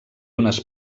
unes